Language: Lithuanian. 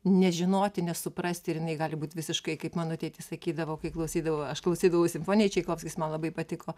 nežinoti nesuprasti ir jinai gali būt visiškai kaip mano tėtis sakydavo kai klausydavau aš klausydavau simfoniją čaikovskis man labai patiko